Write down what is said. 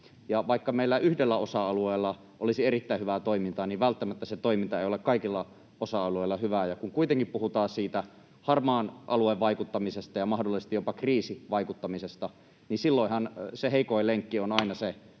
vaikka meillä yhdellä osa-alueella olisi erittäin hyvää toimintaa, niin välttämättä se toiminta ei ole kaikilla osa-alueilla hyvää. Kun kuitenkin puhutaan siitä harmaan alueen vaikuttamisesta ja mahdollisesti jopa kriisivaikuttamisesta, silloinhan se heikoin lenkki on [Puhemies